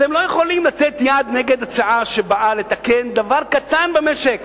אתם לא יכולים לתת יד נגד הצעה שבאה לתקן דבר קטן במשק,